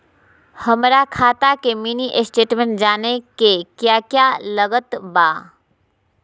हमरा खाता के मिनी स्टेटमेंट जानने के क्या क्या लागत बा?